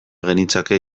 genitzake